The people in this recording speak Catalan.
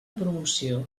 promoció